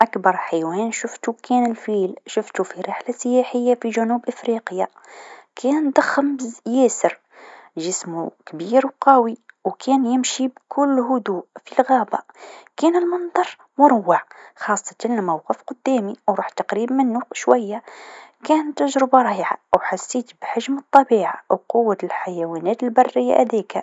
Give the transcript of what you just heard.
أكبر حيوان شفتو كان الفيل، شفتو في رحلة سياحيه في جنوب إفريقيا، كان ضخم بزا ياسر، جسم كبير و قوي و كان يمشي بكل هدوء في الغابه، كان المنظر مروع خاصة لما وقف قدامي و رحت قريب منو شويا، كانت تجربه رايعه و حسيت بحجم الطبيعه و قوة الحيوانات البرية هاذيكا.